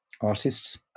artists